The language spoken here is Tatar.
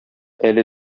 әле